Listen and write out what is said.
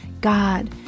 God